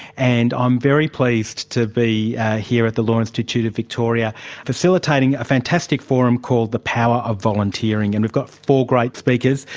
and i'm very pleased to be here at the law institute of victoria facilitating a fantastic forum called the power of volunteering. and we've got four great speakers,